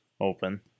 Open